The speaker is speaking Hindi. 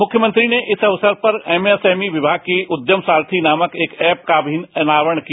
मुख्यमंत्री ने इस अवसर पर एमएसएमई विभाग की उद्यम सास्वी नामक एक ऐप का अनवारण किया